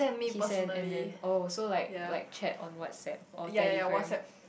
he send and then also like like chat on Whatsapp or Telegram